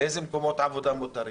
לא יודעים איזה מקומות עבודה מותרים